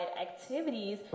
activities